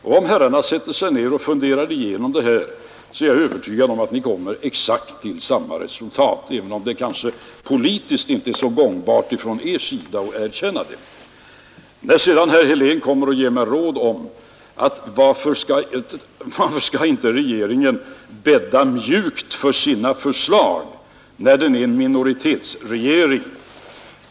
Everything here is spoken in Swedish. Om herrarna sätter sig ned och funderar igenom detta, är jag övertygad om att ni kommer fram till exakt samma resultat, även om det för er politiskt kanske inte är så gångbart att erkänna detta. Herr Helén kommer sedan och ger mig råd och frågar varför regeringen inte bäddar mjukt för sina förslag när den ändå är en minoritetsregering.